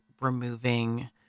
removing